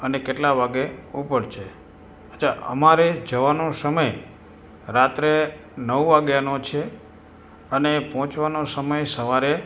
અને કેટલા વાગ્યે ઉપડશે અચ્છા અમારે જવાનો સમય રાત્રે નવ વાગ્યાનો છે અને પહોંચવાનો સમય સવારે